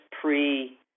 pre